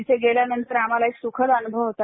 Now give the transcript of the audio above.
तिथं गेल्यानंतर आम्हाला सुखद अनुभव होता